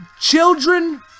Children